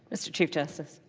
mr. chief justice.